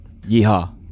Yeehaw